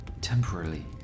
temporarily